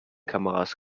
kameras